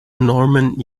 norman